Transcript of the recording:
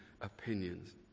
opinions